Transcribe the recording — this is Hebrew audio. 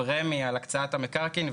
רשות מקרקעי ישראל על הקצאת המקרקעין,